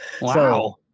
Wow